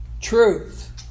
Truth